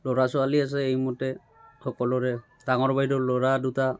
ল'ৰা ছোৱালী আছে সেইমতে সকলোৰে ডাঙৰ বাইদেউৰ ল'ৰা দুটা